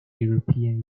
european